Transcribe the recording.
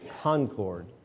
concord